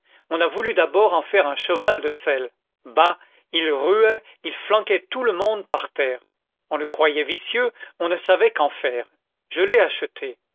on a voulu d'abord en faire un cheval de selle bah il ruait il flanquait tout le monde par terre on le croyait vicieux on ne savait qu'en faire je l'ai acheté